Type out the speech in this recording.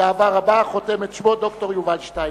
בגאווה רבה חותם את שמו ד"ר יובל שטייניץ,